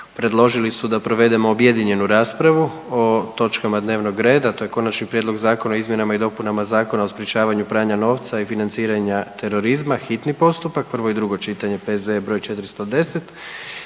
predložili su da provedemo objedinjenu raspravu o točkama dnevnog reda, to je: - Konačni prijedlog Zakona o izmjenama i dopunama Zakona o sprječavanju pranja novca i financiranja terorizma, hitni postupak, prvo i drugo čitanje, P.Z.E. br. 410